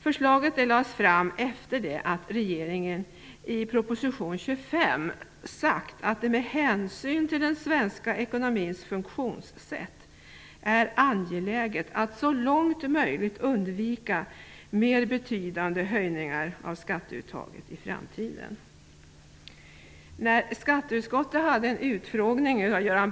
Förslaget lades fram efter det att regeringen i proposition 25 sagt att "det med hänsyn till den svenska ekonomins funktionssätt är angeläget att så långt möjligt undvika mer betydande höjningar av skatteuttaget i framtiden".